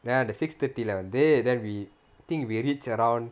then six thirty lah வந்து:vanthu then we think we reach around